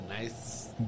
nice